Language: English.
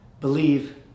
believe